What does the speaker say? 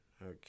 Okay